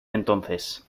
entonces